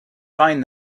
find